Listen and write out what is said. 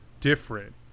different